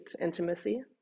intimacy